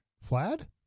Flad